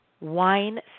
wine